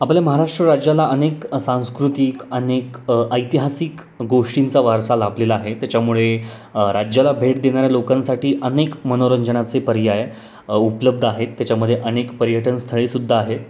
आपल्या महाराष्ट्र राज्याला अनेक सांस्कृतिक अनेक ऐतिहासिक गोष्टींचा वारसा लाभलेला आहे त्याच्यामुळे राज्याला भेट देणाऱ्या लोकांसाठी अनेक मनोरंजनाचे पर्याय उपलब्ध आहेत त्याच्यामध्ये अनेक पर्यटन स्थळे सुद्धा आहेत